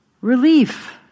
Relief